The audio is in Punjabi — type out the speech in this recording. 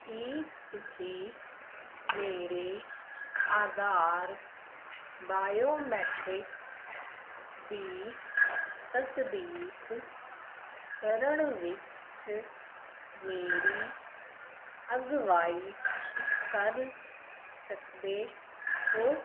ਕੀ ਤੁਸੀਂ ਮੇਰੇ ਆਧਾਰ ਬਾਇਓਮੈਟਰਿਕਸ ਦੀ ਤਸਦੀਕ ਕਰਨ ਵਿੱਚ ਮੇਰੀ ਅਗਵਾਈ ਕਰ ਸਕਦੇ ਹੋ